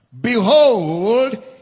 behold